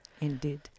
Indeed